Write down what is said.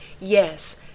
Yes